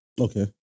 Okay